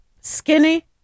skinny